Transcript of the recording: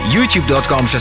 YouTube.com